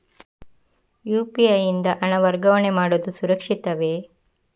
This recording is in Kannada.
ಯು.ಪಿ.ಐ ಯಿಂದ ಹಣ ವರ್ಗಾವಣೆ ಮಾಡುವುದು ಸುರಕ್ಷಿತವೇ?